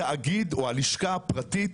התאגיד או הלשכה הפרטית,